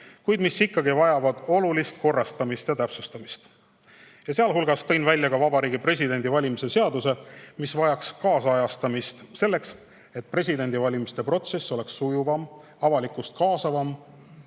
kuid mis ikkagi vajavad olulist korrastamist ja täpsustamist. Sealhulgas tõin välja Vabariigi Presidendi valimise seaduse, mis vajaks kaasaajastamist, selleks et presidendi valimise protsess oleks sujuvam, avalikkust kaasavam